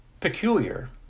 peculiar